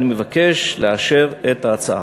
אני מבקש לאשר את ההצעה.